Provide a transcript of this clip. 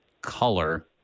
color